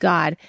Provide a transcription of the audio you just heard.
God